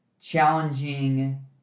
challenging